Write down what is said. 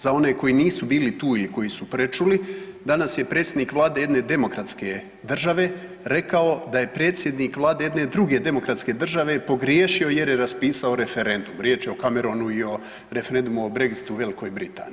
Za one koji nisu bili tu ili koji su prečuli, danas je predsjednik vlade jedne demokratske države rekao da je predsjednik vlade jedne druge demokratske države pogriješio jer je raspisao referendum, riječ je o Cameronu i o referendumu o Brexitu u Velikoj Britaniji.